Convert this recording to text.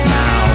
now